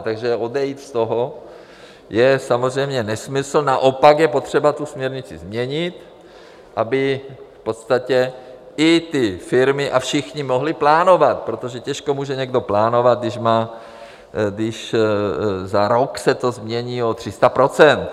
Takže odejít z toho je samozřejmě nesmysl, naopak je potřeba tu směrnici změnit, aby v podstatě i ty firmy a všichni mohli plánovat, protože těžko může někdo plánovat, když za rok se to změní o 300 %.